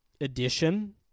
edition